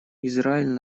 израиль